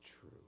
true